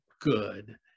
good